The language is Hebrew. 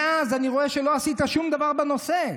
מאז אני רואה שלא עשית שום דבר בנושא,